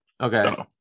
Okay